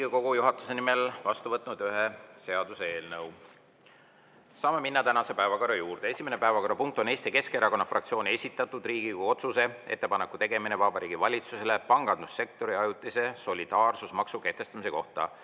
Riigikogu juhatuse nimel vastu võtnud ühe seaduseelnõu. Saame minna tänase päevakorra juurde. Esimene päevakorrapunkt on Eesti Keskerakonna fraktsiooni esitatud Riigikogu otsuse "Ettepaneku tegemine Vabariigi Valitsusele pangandussektori ajutise solidaarsusmaksu kehtestamise kohta"